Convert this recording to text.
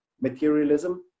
materialism